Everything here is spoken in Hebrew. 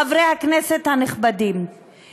חברי הכנסת הנכבדים,